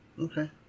Okay